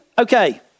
okay